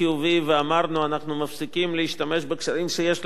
ואמרנו שאנחנו מפסיקים להשתמש בקשרים שיש לנו עם מדינות